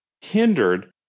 hindered